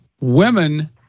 women